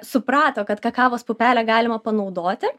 suprato kad kakavos pupelę galima panaudoti